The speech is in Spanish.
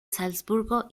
salzburgo